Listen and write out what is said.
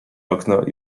okno